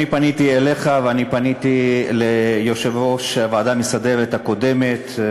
אני פניתי אליך ואני פניתי ליושב-ראש הוועדה המסדרת הקודמת,